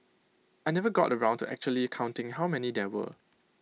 I never got around to actually counting how many there were